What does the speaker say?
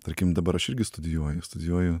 tarkim dabar aš irgi studijuoju studijuoju